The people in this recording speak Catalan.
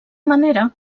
manera